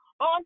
On